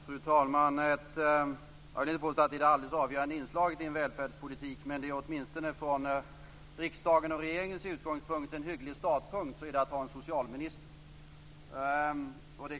Fru talman! Jag vill inte påstå att det är det alldeles avgörande inslaget i en välfärdspolitik. Men det är, åtminstone från riksdagens och regeringens utgångspunkt, en hygglig startpunkt att ha en socialminister.